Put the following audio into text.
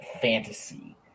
Fantasy